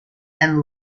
and